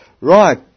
Right